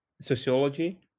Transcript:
Sociology